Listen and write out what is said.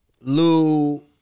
Lou